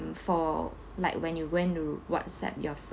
for like when you went to WhatsApp your